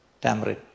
tamarind